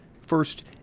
First